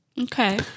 Okay